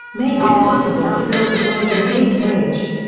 made it possible to build the golden gate bridge.